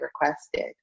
requested